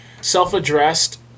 self-addressed